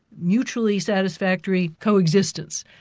mutually satisfactory coexistence.